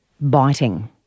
biting